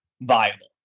viable